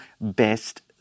best